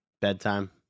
Bedtime